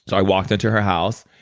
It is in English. i walked into her house.